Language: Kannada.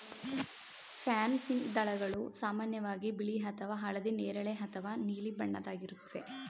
ಪ್ಯಾನ್ಸಿ ದಳಗಳು ಸಾಮಾನ್ಯವಾಗಿ ಬಿಳಿ ಅಥವಾ ಹಳದಿ ನೇರಳೆ ಅಥವಾ ನೀಲಿ ಬಣ್ಣದ್ದಾಗಿರುತ್ವೆ